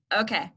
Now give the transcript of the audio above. okay